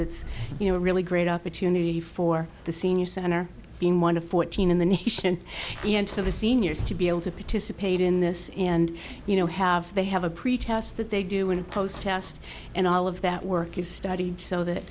it's you know a really great opportunity for the senior center in one of fourteen in the nation and to the seniors to be able to participate in this and you know have they have a pretest that they do in posthaste and all of that work is studied so that